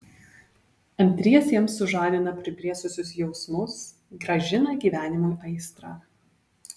antriesiems sužadina priblėsusius jausmus grąžina gyvenimui aistrą